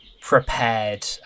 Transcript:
prepared